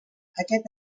aquest